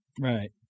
Right